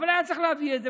אבל היה צריך להביא את זה.